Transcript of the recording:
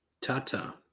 Ta-ta